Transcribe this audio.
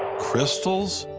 crystals?